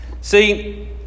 See